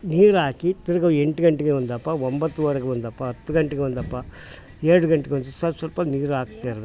ನೀರ್ಹಾಕಿ ತಿರ್ಗಿ ಎಂಟು ಗಂಟೆಗೆ ಒಂದಪ ಒಂಬತ್ತುವರೆಗೆ ಒಂದಪ ಹತ್ತು ಗಂಟೆಗೆ ಒಂದಪ ಎರಡು ಗಂಟೆಗೊಂದು ಸೊಲ್ಪ ಸ್ವಲ್ಪ ನೀರು ಹಾಕ್ತ ಇರ್ಬೇಕು